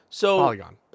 Polygon